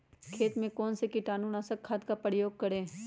खेत में कौन से कीटाणु नाशक खाद का प्रयोग करें?